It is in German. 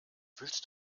willst